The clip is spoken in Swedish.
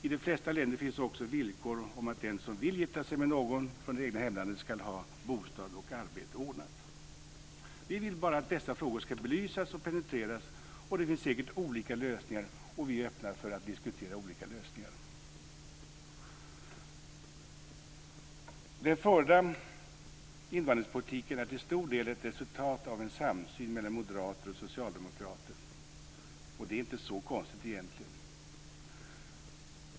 I de flesta länder finns också villkor om att den som vill gifta sig med någon från det egna hemlandet ska ha bostad och arbete ordnade. Vi vill bara att dessa frågor ska belysas och penetreras, och det finns säkert olika lösningar, och vi är öppna för att diskutera olika lösningar. Den förda invandringspolitiken är till stor del ett resultat av en samsyn mellan moderater och socialdemokrater. Och det är inte så konstigt egentligen.